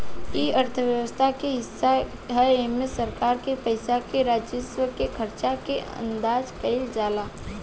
इ अर्थव्यवस्था के हिस्सा ह एमे सरकार के पास के राजस्व के खर्चा के अंदाज कईल जाला